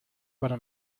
para